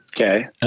Okay